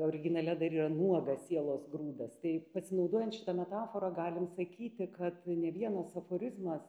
originale dar yra nuogas sielos grūdas tai pasinaudojant šita metafora galim sakyti kad ne vienas aforizmas